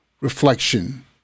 reflection